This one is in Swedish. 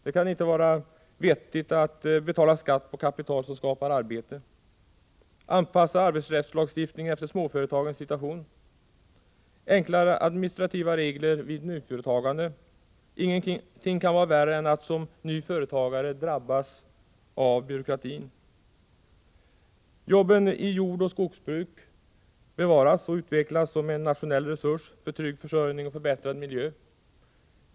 Det kan inte vara vettigt att betala skatt på kapital som skapar arbete — anpassa arbetsrättslagstiftningen efter småföretagens situation —- införa enklare administrativa regler vid nyföretagande. Inget kan vara värre än att som ny företagare drabbas av byråkratin — bevara och utveckla jobben i jordoch skogsbruk som en nationell resurs för trygg försörjning och förbättrad miljö.